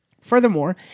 Furthermore